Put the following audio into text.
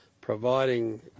providing